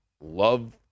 love